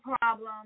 problem